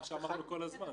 זה מה שאמרנו כל הזמן.